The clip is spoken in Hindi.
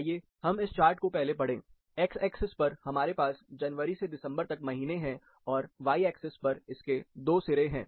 आइए हम इस चार्ट को पहले पढ़ें एक्स एक्सिस पर हमारे पास जनवरी से दिसंबर तक महीने हैं और वाई एक्सिस पर इसके दो सिरे हैं